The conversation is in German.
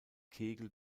kegel